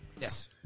Yes